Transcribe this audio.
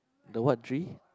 the what tree